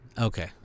Okay